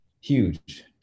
huge